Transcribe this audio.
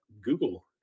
Google